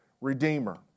redeemer